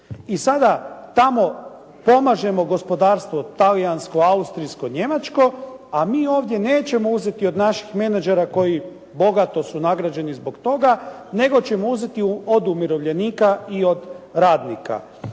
I sada tamo pomažemo gospodarstvu talijanskom, austrijskom njemačkom, a mi ovdje nećemo uzeti od naših menadžera koji bogato su nagrađeni zbog toga, nego ćemo uzeti od umirovljenika i od radnika.